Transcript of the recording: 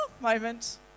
moment